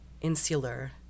insular